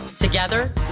Together